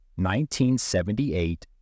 1978